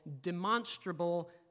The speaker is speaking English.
demonstrable